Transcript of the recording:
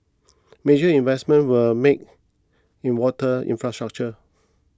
major investments were made in water infrastructure